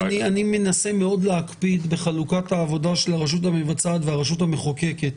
אני מנסה מאוד להקפיד בחלוקת העבודה של הרשות המבצעת והרשות המחוקקת